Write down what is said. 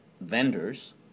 vendors